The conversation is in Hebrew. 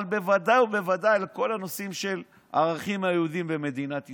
אבל בוודאי ובוודאי כל הנושאים של הערכים היהודיים במדינת ישראל.